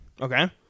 Okay